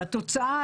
והתוצאה,